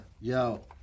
yo